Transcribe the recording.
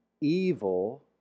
evil